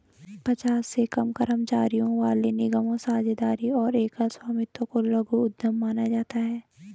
पचास से कम कर्मचारियों वाले निगमों, साझेदारी और एकल स्वामित्व को लघु उद्यम माना जाता है